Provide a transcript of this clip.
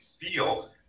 feel